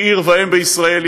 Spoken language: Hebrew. היא עיר ואם בישראל,